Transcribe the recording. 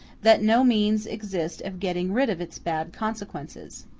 that no means exist of getting rid of its bad consequences.